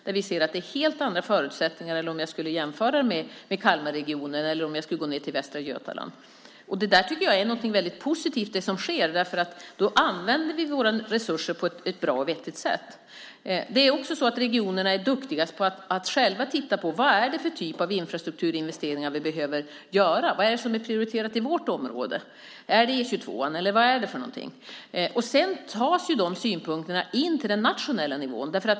Där ser vi att det är helt andra förutsättningar än i Kalmarregionen eller om jag skulle gå ned till Västra Götaland. Det där tycker jag är något väldigt positivt, för då använder vi våra resurser på ett bra och vettigt sätt. Det är också så att regionerna är duktiga på att själva titta på vad det är för typ av infrastrukturinvesteringar som behöver göras, vad som är prioriterat i det egna området. Är det E 22:an eller vad är det för något? Sedan tas de synpunkterna in på den nationella nivån.